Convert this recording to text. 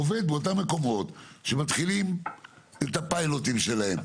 עובד באותם מקומות שמתחילים את הפיילוטים שלהם.